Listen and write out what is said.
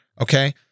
okay